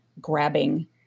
grabbing